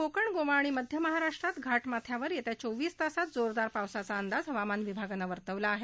कोकण गोवा आणि मध्य महाराष्ट्रात घाटमाथ्यावर येत्या चोवीस तासात जोरदार पावसाचा अंदाज हवामान विभागानं वर्तवला आहे